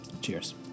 Cheers